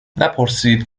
نپرسید